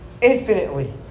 infinitely